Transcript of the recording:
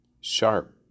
Sharp